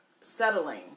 settling